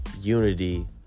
unity